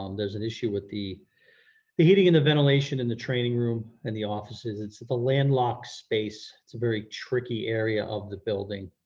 um there's an issue with the the heating and ventilation in the training room and the offices, it's a landlocked space, it's a very tricky area of the building